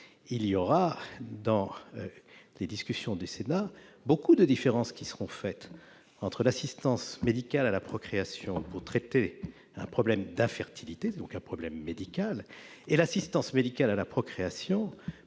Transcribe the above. D'ailleurs, dans les discussions au Sénat, des différences seront faites entre l'assistance médicale à la procréation pour traiter un problème d'infertilité- donc un problème médical -et l'assistance médicale à la procréation